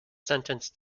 sentenced